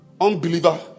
Unbeliever